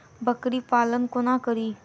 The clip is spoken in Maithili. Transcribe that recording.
बकरी पालन कोना करि?